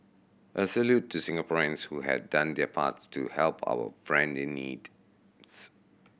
a salute to Singaporeans who had done their parts to help our friend in need